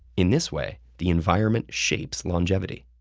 in this way, the environment shapes longevity.